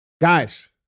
Guys